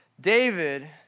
David